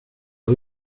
och